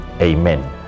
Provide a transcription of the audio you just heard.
Amen